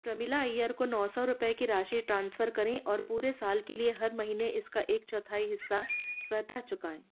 प्रमिला अय्यर को नौ सौ रुपये की राशि ट्रांसफ़र करें और पूरे साल के लिए हर महीने इसका एक चौथाई हिस्सा स्वतः चुकाएँ